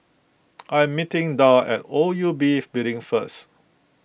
I am meeting Darl at O U B Building first